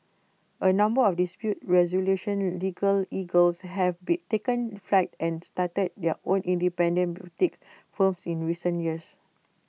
A number of dispute resolution legal eagles have be taken flight and started their own independent boutique firms in recent years